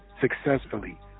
successfully